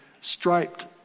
striped